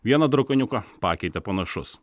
vieną drakoniuką pakeitė panašus